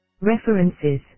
References